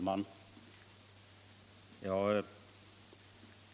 Herr talman!